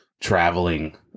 traveling